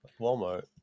Walmart